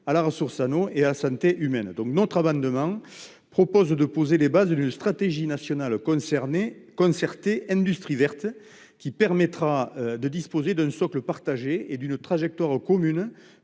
aux ressources en eau et à la santé humaine. Notre amendement vise à poser les bases d'une stratégie nationale concertée Industrie verte, afin de disposer d'un socle partagé et d'une trajectoire commune